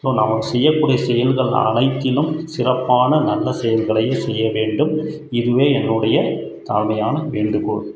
இப்போ நாம் செய்யக்கூடிய செயல்கள் அனைத்திலும் சிறப்பான நல்ல செயல்களை செய்யவேண்டும் இதுவே என்னுடைய தாழ்மையான வேண்டுகோள்